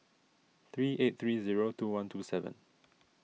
three eight three zero two one two seven